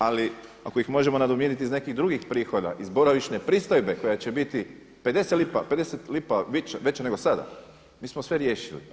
Ali ako ih možemo nadomiriti iz nekih drugih prihoda, iz boravišne pristojbe koja će biti 50 lipa veća nego sada mi smo sve riješili.